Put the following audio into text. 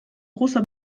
großer